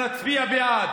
אנחנו נצביע בעד.